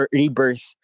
rebirth